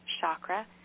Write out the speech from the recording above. chakra